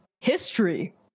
history